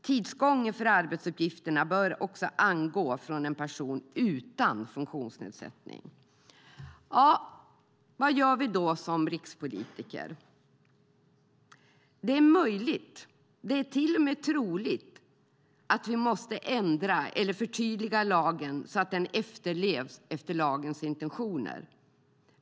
Tidsåtgången för arbetsuppgifterna bör också utgå från en person utan funktionsnedsättning. Vad gör vi då som rikspolitiker? Det är möjligt och till och med troligt att vi måste ändra eller förtydliga lagen så att den efterlevs enligt intentionerna.